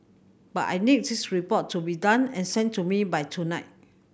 but I need this report to be done and sent to me by tonight